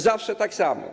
Zawsze tak samo.